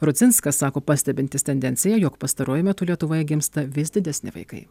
rudzinskas sako pastebintis tendenciją jog pastaruoju metu lietuvoje gimsta vis didesni vaikai